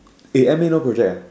A_M a no project